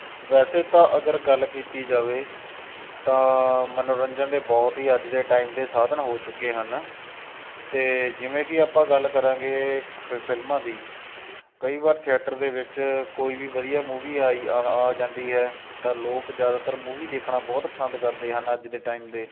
ਵੈਸੇ ਤਾਂ ਅਗਰ ਗੱਲ ਕੀਤੀ ਜਾਵੇ ਤਾਂ ਮਨੋਰੰਜਨ ਦੇ ਬਹੁਤ ਹੀ ਅੱਜ ਦੇ ਟਾਈਮ ਦੇ ਸਾਧਨ ਹੋ ਚੁੱਕੇ ਹਨ ਅਤੇ ਜਿਵੇਂ ਕਿ ਆਪਾਂ ਗੱਲ ਕਰਾਂਗੇ ਫਿ ਫਿਲਮਾਂ ਦੀ ਕਈ ਵਾਰ ਥਿਏਟਰ ਦੇ ਵਿੱਚ ਕੋਈ ਵੀ ਵਧੀਆ ਮੂਵੀ ਆਈ ਆਹ ਆ ਜਾਂਦੀ ਹੈ ਤਾਂ ਲੋਕ ਜ਼ਿਆਦਾਤਰ ਮੂਵੀ ਦੇਖਣਾ ਬਹੁਤ ਪਸੰਦ ਕਰਦੇ ਹਨ ਅੱਜ ਦੇ ਟਾਈਮ ਦੇ